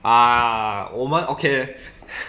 ah 我们 okay